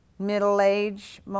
middle-age